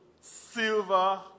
Silver